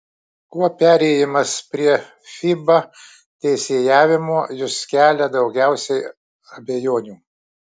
kuo perėjimas prie fiba teisėjavimo jus kelia daugiausiai abejonių